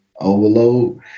overload